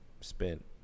spent